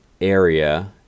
area